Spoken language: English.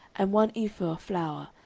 and one ephah of flour,